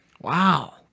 Wow